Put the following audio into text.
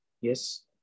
Yes